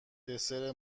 دسر